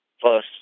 plus